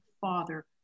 father